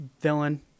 villain